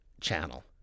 channel